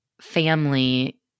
family